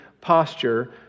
posture